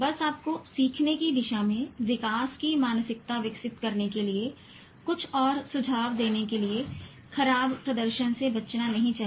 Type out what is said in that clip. बस आपको सीखने की दिशा में विकास की मानसिकता विकसित करने के लिए कुछ और सुझाव देने के लिए खराब प्रदर्शन से बचना नहीं चाहिए